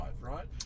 right